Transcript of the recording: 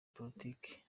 politiki